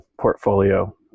portfolio